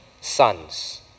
sons